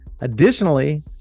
Additionally